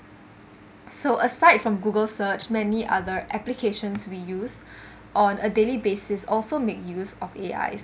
so aside from Google search many other applications we use on a daily basis also make use of A_I